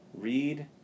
Read